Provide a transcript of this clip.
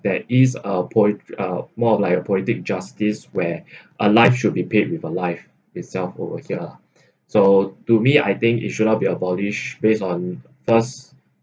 that is a pol~ uh more of like a poetic justice were a life should be paid with a life itself over here so to me I think it should not be abolish based on thus